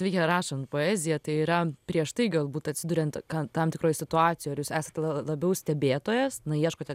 veikia rašant poeziją tai yra prieš tai galbūt atsiduriant kad tam tikroj situacijoj ar jūs esat labiau stebėtojas na ieškote